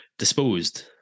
Disposed